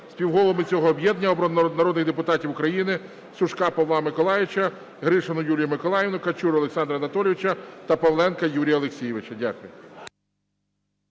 Співголовами цього об'єднання обрано народних депутатів України: Сушка Павла Миколайовича, Гришину Юлію Миколаївну, Качуру Олександра Анатолійовича та Павленка Юрія Олексійовича. Дякую.